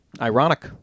ironic